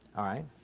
all right